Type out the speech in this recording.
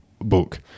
book